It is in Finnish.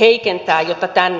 heikentää jotta tänne ei tulla